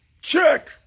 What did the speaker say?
check